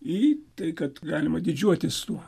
į tai kad galima didžiuotis tuo